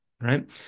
right